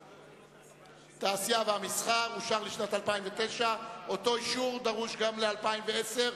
המסחר והתעסוקה, לשנת 2009, נתקבל.